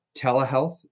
telehealth